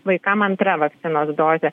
vaikams antra vakcinos dozė